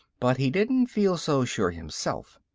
but he didn't feel so sure himself.